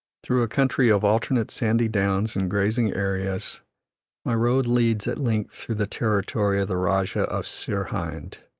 through a country of alternate sandy downs and grazing areas my road leads at length through the territory of the rajah of sir-hind.